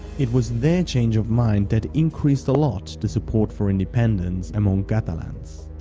it was their change of mind that increased a lot the support for independence among catalans.